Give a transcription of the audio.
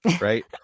right